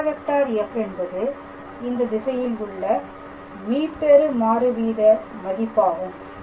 ∇⃗⃗ f என்பது இந்த திசையில் உள்ள மீப்பெரும் மாறு வீத மதிப்பாகும்